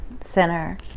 Center